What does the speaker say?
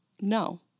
No